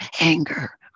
anger